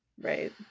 right